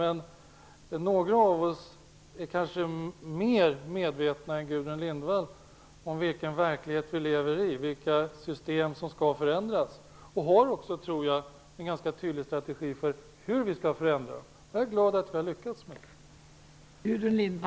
Men några av oss är kanske mer medvetna än Gudrun Lindvall om vilken verklighet som vi lever i och vilka system som skall förändras. Det finns också en ganska tydlig strategi för hur de skall förändras. Jag är glad att vi har lyckats med detta.